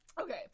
Okay